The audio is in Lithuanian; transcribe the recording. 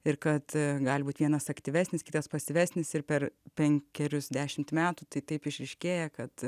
ir kad gali būt vienas aktyvesnis kitas pasyvesnis ir per penkerius dešimt metų tai taip išryškėja kad